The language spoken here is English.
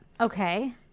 Okay